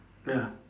ya